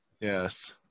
Yes